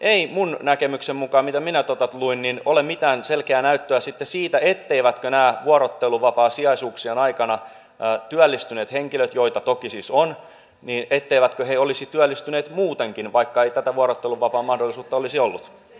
ei minun näkemykseni mukaan mitä minä tuota luin ole mitään selkeää näyttöä siitä etteivätkö nämä vuorotteluvapaasijaisuuksien aikana työllistyneet henkilöt joita toki siis on olisi työllistyneet muutenkin vaikka ei tätä vuorotteluvapaan mahdollisuutta olisi ollut